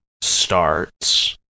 starts